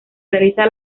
realiza